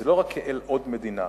זה לא רק כאל עוד מדינה,